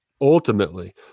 ultimately